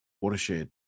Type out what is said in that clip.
Watershed